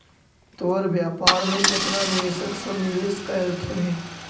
तोर व्यापार में केतना निवेशक सब निवेश कयलथुन हे?